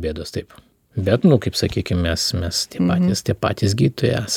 bėdos taip bet nu kaip sakykim mes mes tie patys tie patys gydytojai esam